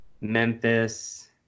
memphis